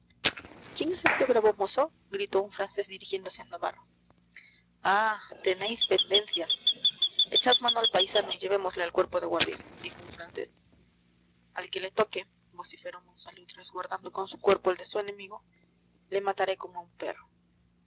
quién es este bravo mozo gritó un francés dirigiéndose a navarro ah tenéis pendencia echad mano al paisano y llevémosle al cuerpo de guardia dijo un francés al que le toque vociferó monsalud resguardando con su cuerpo el de su enemigo le mataré como a un perro